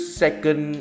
second